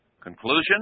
Conclusion